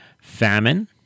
famine